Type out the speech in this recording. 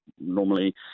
normally